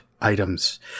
items